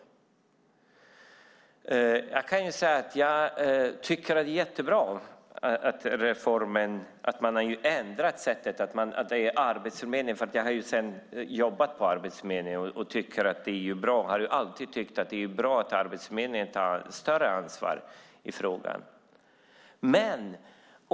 Jag tycker att det är jättebra att man ändrat sättet i reformen, att det är Arbetsförmedlingen som ska sköta det. Jag har jobbat på Arbetsförmedlingen och har alltid tyckt att det är bra att Arbetsförmedlingen tar större ansvar i frågan.